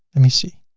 let me see.